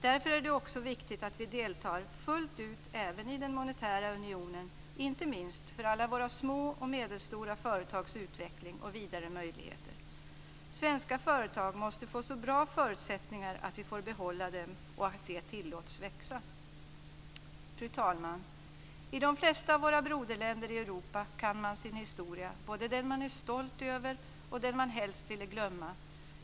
Därför är det också viktigt att vi deltar fullt ut även i den monetära unionen, inte minst för alla våra små och medelstora företags utveckling och vidare möjligheter. Svenska företag måste få så bra förutsättningar att vi får behålla dem och att de tillåts växa. Fru talman! I de flesta av våra broderländer i Europa kan man sin historia, både den man är stolt över och den man helst ville glömma.